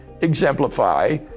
exemplify